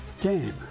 Game